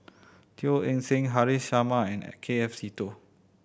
Teo Eng Seng Haresh Sharma and K F Seetoh